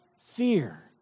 Fear